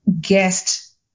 guest